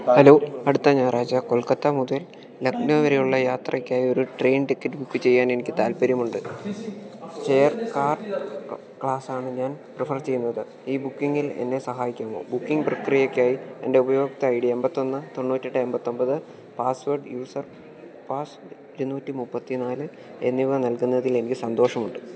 hello അടുത്ത ഞായറാഴ്ച കൊൽക്കത്ത മുതൽ ലക്നൗ വരെയുള്ള യാത്രക്കായൊരു ട്രെയിൻ ടിക്കറ്റ് ബുക്ക് ചെയ്യാൻ എനിക്ക് താല്പര്യമുണ്ട് ചെയർ കാർ ക്ലാസ്സാണ് ഞാൻ പ്രിഫർ ചെയ്യുന്നത് ഈ ബുക്കിങ്ങിൽ എന്നെ സഹായിക്കാമോ ബുക്കിങ് പ്രക്രിയക്കായി എൻ്റെ ഉഭയോക്ത ഐ ഡി എമ്പത്തൊന്ന് തൊണ്ണൂറ്റെട്ട് എമ്പത്തൊമ്പത് പാസ്സ്വേർഡ് യൂസർ പാസ് ഇരുന്നൂറ്റി മുപ്പത്തിനാല് എന്നിവ നല്കുന്നതിലെനിക്ക് സന്തോഷമുണ്ട്